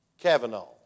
Kavanaugh